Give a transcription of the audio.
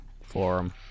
forum